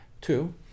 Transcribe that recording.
two